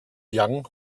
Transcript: young